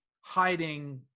hiding